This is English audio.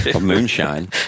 moonshine